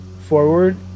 forward